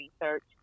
research